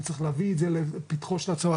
צריך להביא את זה לפתחו של הצבא,